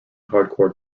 hardcore